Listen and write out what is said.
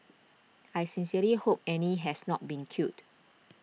I sincerely hope Annie has not been killed